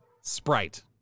Sprite